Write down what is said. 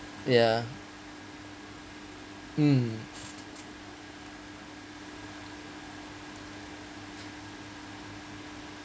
ya mm